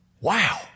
Wow